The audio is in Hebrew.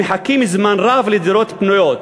המחכים זמן רב לדירות פנויות.